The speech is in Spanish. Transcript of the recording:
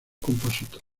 compositor